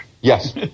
Yes